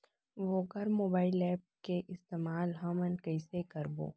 वोकर mobile app के इस्तेमाल हमन कइसे करबो?